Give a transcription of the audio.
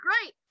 great